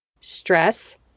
Stress